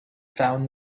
found